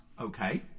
okay